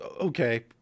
okay